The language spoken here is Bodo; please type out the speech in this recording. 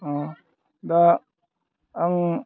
दा आं